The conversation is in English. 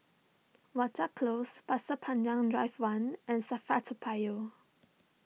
Watten Close Pasir Panjang Drive one and Safra Toa Payoh